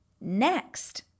Next